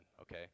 okay